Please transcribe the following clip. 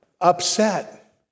upset